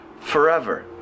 forever